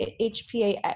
HPA